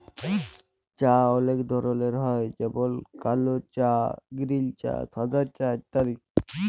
চাঁ অলেক ধরলের হ্যয় যেমল কাল চাঁ গিরিল চাঁ সাদা চাঁ ইত্যাদি